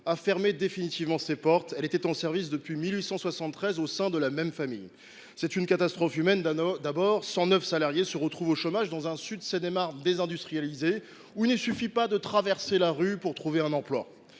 fermait définitivement ses portes. Elle était en service depuis 1873, au sein de la même famille. C’est une catastrophe humaine, d’abord : 109 salariés se retrouvent au chômage dans un territoire déjà désindustrialisé, où il ne suffit pas de traverser la rue pour trouver un emploi